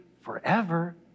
forever